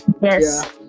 Yes